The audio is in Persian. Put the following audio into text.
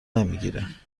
نمیگیره